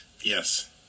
Yes